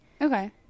okay